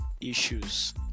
issues